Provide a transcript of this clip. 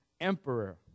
emperor